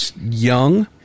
young